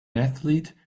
athlete